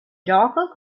gioco